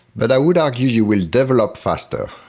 but i would argue you will develop faster,